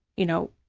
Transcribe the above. you know,